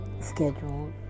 scheduled